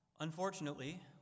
Unfortunately